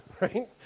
right